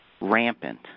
rampant